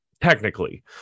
technically